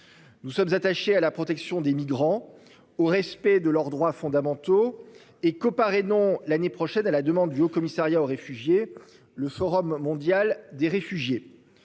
Nous sommes attachés à la protection des migrants au respect de leurs droits fondamentaux et comparer non l'année prochaine à la demande du commissariat aux réfugiés. Le Forum mondial des réfugiés.